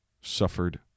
suffered